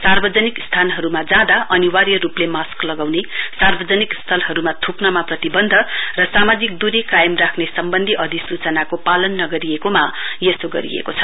सार्वाजनिक स्थानहरुमा जाँदा अनिवार्य रुपले मास्क लगाउने सार्वजनिक स्थलहरुमा थुक्कमा प्रतिवन्ध र समाजिक दूरी कायम राख्ने सम्बन्धी अधिसूचना पालन नगरिएकोमा यसो गरिएको छ